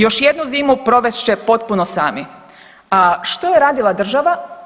Još jednu zimu provest će potpuno sami, a što je radila država?